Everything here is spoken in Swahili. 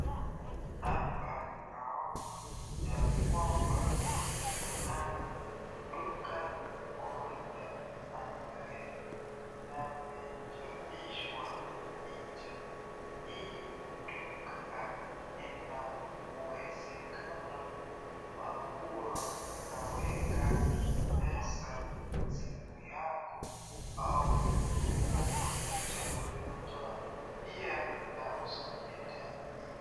Hapa naona ya kwamba kuna duka moja ambaye yamechapishwa picha, hii duka ina uwezekano wa kuwa unaweza pesa simu yako au unakuja kutoa. Pia inauza bidhaa nyingi.